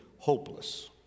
Hopeless